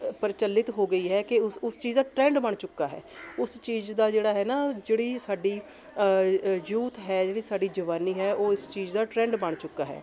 ਪ੍ਰਚੱਲਿਤ ਹੋ ਗਈ ਹੈ ਕਿ ਉਸ ਉਸ ਚੀਜ਼ ਦਾ ਟਰੈਂਡ ਬਣ ਚੁੱਕਾ ਹੈ ਉਸ ਚੀਜ਼ ਦਾ ਜਿਹੜਾ ਹੈ ਨਾ ਜਿਹੜੀ ਸਾਡੀ ਯੂਥ ਹੈ ਜਿਹੜੀ ਸਾਡੀ ਜਵਾਨੀ ਹੈ ਉਹ ਇਸ ਚੀਜ਼ ਦਾ ਟਰੈਂਡ ਬਣ ਚੁੱਕਾ ਹੈ